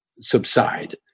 subside